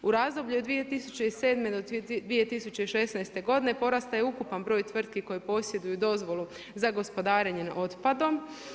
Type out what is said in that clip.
U razdoblju 2007. do 2016. godine porastao je ukupan broj tvrtki koje posjeduju dozvolu za gospodarenje otpadom.